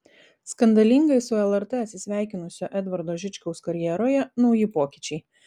skandalingai su lrt atsisveikinusio edvardo žičkaus karjeroje nauji pokyčiai